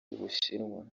bushinwa